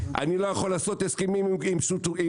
אני לא יכול לעשות הסכמים עם קיבוצים,